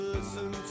Listen